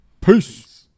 Peace